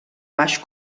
baix